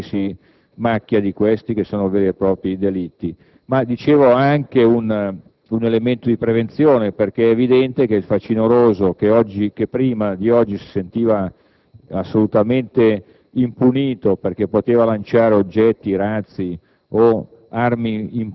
non soltanto di prevenzione ma anche di intervento successivo per identificare chi si macchia di questi che sono veri e propri delitti. Come dicevo, si tratta anche di un elemento di prevenzione, perché il facinoroso che prima di oggi si sentiva